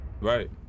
right